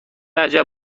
عجب